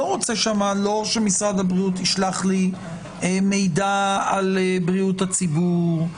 לא רוצה שמשרד הביאות ישלח לי מידע על בריאות הציבור,